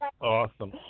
Awesome